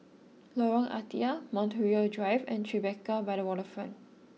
Lorong Ah Thia Montreal Drive and Tribeca by the Waterfront